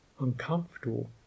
uncomfortable